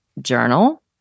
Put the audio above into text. journal